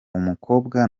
umukobwa